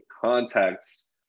context